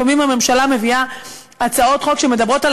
לפעמים הממשלה מביאה הצעות חוק שמדברות על